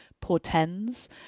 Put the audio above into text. portends